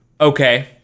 okay